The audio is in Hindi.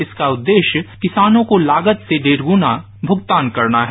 इसका उद्देश्य किसानों को लागत से डेढ़ गुना भुगतान करना है